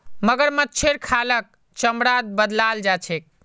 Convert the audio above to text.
मगरमच्छेर खालक चमड़ात बदलाल जा छेक